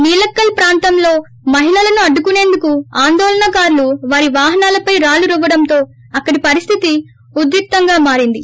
నీలక్కల్ ప్రాంతంలో మహిళలను అడ్లుకునేందుకు ఆందోళనకారులు వారి వాహనాలపై రాళ్లు రువ్వడంతో అక్కడి పరిస్లితి ఉద్రిక్తంగా మారింది